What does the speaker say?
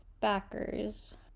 backers